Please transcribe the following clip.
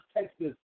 Texas